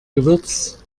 gewürz